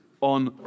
on